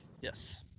yes